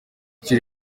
kuki